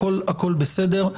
הכול בסדר.